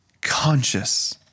conscious